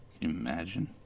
Imagine